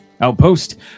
outpost